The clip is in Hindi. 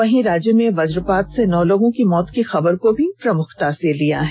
वहीं राज्य में वजपात से नौ लोगों की मौत की खबर भी प्रमुखता से ली गई है